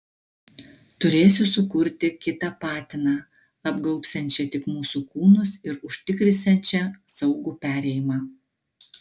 turėsiu sukurti kitą patiną apgaubsiančią tik mūsų kūnus ir užtikrinsiančią saugų perėjimą